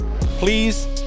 Please